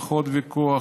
פחות ויכוח,